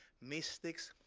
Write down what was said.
mystics,